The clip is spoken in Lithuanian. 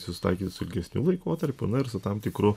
susitaikyti su ilgesniu laikotarpiu na ir su tam tikru